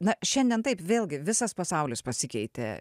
na šiandien taip vėlgi visas pasaulis pasikeitė